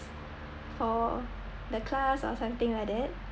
for the class or something like that